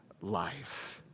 life